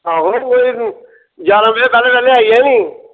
आहो कोई ञारां बजे दा पैह्लें पैह्लें आई जाएओ नी